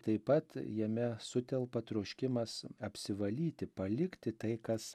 taip pat jame sutelpa troškimas apsivalyti palikti tai kas